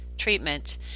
treatment